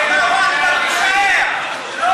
התשע"ז 2016,